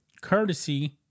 courtesy